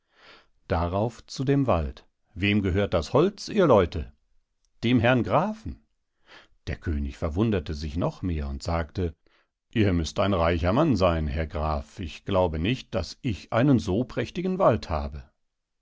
darauf zu dem wald wem gehört das holz ihr leute dem herrn grafen der könig verwunderte sich noch mehr und sagte ihr müßt ein reicher mann seyn herr graf ich glaube nicht daß ich einen so prächtigen wald habe